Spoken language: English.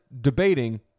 debating